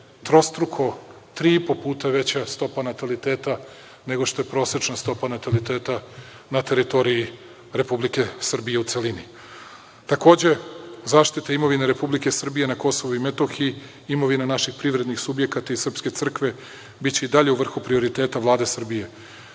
trostruko, tri i po puta veća stopa nataliteta nego što je prosečna stopa nataliteta na teritoriji Republike Srbije u celini. Takođe, zaštita imovine Republike Srbije na Kosovu i Metohiji, imovina naših privrednih subjekata i srpske crkve biće i dalje u vrhu prioriteta Vlade Srbije.